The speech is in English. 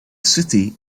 city